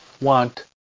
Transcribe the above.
want